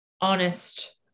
honest